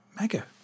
mega